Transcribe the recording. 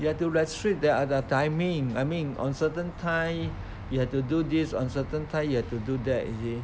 you have to restrict the their timing I mean on certain time you have to do this on certain time you have to do that you see